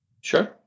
Sure